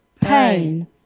pain